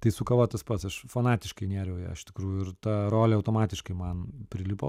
tai su kava tas pats aš fanatiškai nėriau jei iš tikrųjų ir ta rolė automatiškai man prilipo